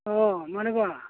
औ मानोबा